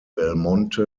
belmonte